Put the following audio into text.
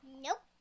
Nope